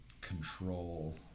control